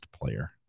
player